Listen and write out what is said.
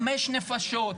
חמש נפשות,